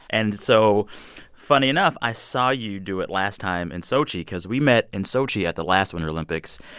and so funny enough, i saw you do it last time in sochi because we met in sochi at the last winter olympics,